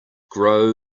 grow